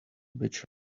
bachelor